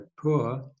poor